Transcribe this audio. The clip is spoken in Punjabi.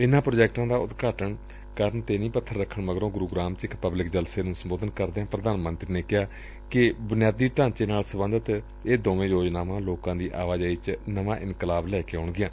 ਇਨਾਂ ਪ੍ਰਾਜੈਕਟਾਂ ਦਾ ਉਦਘਾਟਨ ਕਰਨ ਮਗਰੋਂ ਗੁਰੁਗਰਾਮ ਚ ਇਕ ਪਬਲਿਕ ਰੈਲੀ ਨੂੰ ਸੰਬੋਧਨ ਕਰਦਿਆਂ ਪ੍ਰਧਾਨ ਮੰਤਰੀ ਨੇ ਕਿਹਾ ਕਿ ਬੁਨਿਆਦੀ ਢਾਚੇ ਨਾਲ ਸਬੰਧਤ ਇਹ ਦੋਵੇਂ ਯੋਜਨਾਵਾਂ ਲੈਕਾਂ ਦੀ ਆਵਾਜਾਈ ਚ ਨਵਾਂ ਇਨਕਲਾਬ ਲੈ ਕੇ ਆਉਣਗੀਆਂ